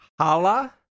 Hala